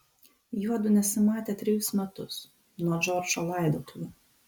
juodu nesimatė trejus metus nuo džordžo laidotuvių